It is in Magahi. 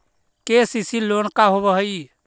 के.सी.सी लोन का होब हइ?